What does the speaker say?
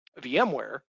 vmware